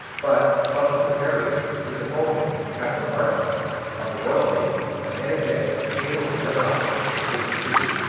but, luckily for perry, his opponent, captain barclay of the royal navy, an energetic and capable young officer of thirty-two,